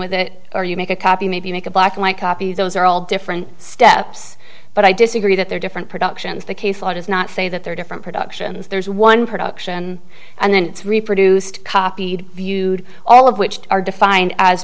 with it or you make a copy maybe make a black eye copy those are all different steps but i disagree that they're different productions the case law does not say that there are different productions there's one production and then it's reproduced copied viewed all of which are defined as